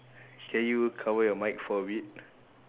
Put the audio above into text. can you cover your mic for a bit